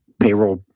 payroll